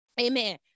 amen